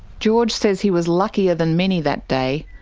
george says he was luckier than many that day.